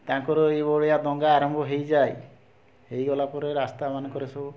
ତାଙ୍କର ଏଇ ଭଳିଆ ଦଙ୍ଗା ଆରମ୍ଭ ହୋଇଯାଏ ହୋଇଗଲା ପରେ ରାସ୍ତାମାନଙ୍କରେ ସବୁ